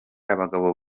abagabo